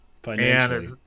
Financially